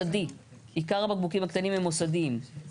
עיקר הבקבוקים הקטנים הם מוסדיים,